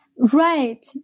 Right